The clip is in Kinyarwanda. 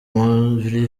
muri